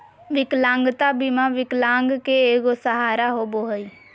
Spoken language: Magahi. विकलांगता बीमा विकलांग के एगो सहारा होबो हइ